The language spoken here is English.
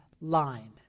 line